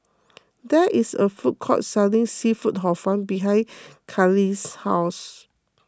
there is a food court selling Seafood Hor Fun behind Carli's house